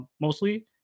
mostly